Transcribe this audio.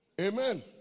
Amen